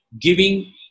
giving